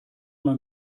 man